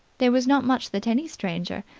there was not much that any stranger,